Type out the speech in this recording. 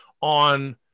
on